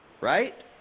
Right